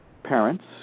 parents